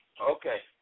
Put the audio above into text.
Okay